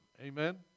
Amen